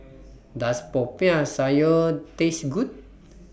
Does Popiah Sayur Taste Good